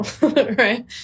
right